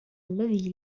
الذي